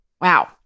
Wow